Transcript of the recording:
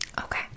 okay